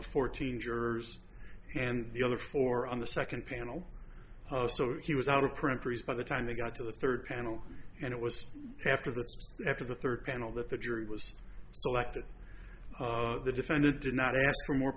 of fourteen jurors and the other four on the second panel so he was out of print crease by the time they got to the third panel and it was after that after the third panel that the jury was selected the defendant did not ask for more